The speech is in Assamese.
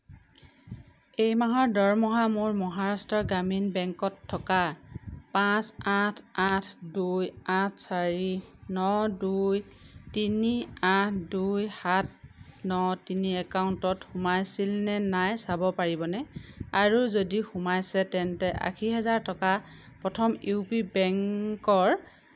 এই মাহৰ দৰমহা মোৰ মহাৰাষ্ট্ৰ গ্ৰামীণ বেংকত থকা পাঁচ আঠ আঠ দুই আঠ চাৰি ন দুই তিনি আঠ দুই সাত ন তিনি একাউণ্টত সোমাইছিল নে নাই চাব পাৰিবনে আৰু যদি সোমাইছে তেন্তে আশী হাজাৰ টকা প্ৰথম ইউ পি বেংকৰ